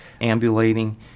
ambulating